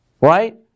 right